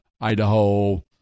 Idaho